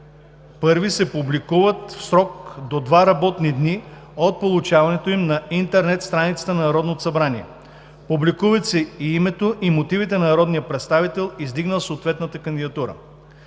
I се публикуват в срок до два работни дни от получаването им на интернет страницата на Народното събрание. Публикуват се и името, и мотивите на народния представител, издигнал съответната кандидатура.